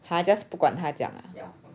!huh! just 不管他这样 ah